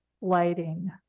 lighting